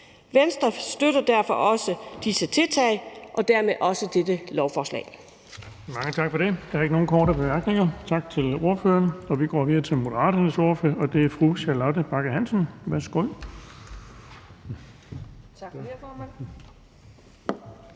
Venstre støtter derfor også disse tiltag og dermed også dette lovforslag.